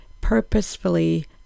purposefully